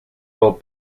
will